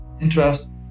interest